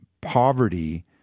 poverty